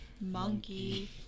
Monkey